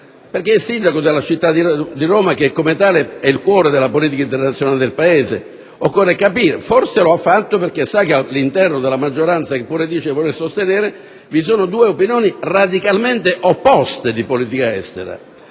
perché è il sindaco della città di Roma, che come tale è il cuore della politica internazionale del Paese. Forse lo ha fatto perché sa che all'interno della maggioranza che dice di voler sostenere vi sono due opinioni di politica estera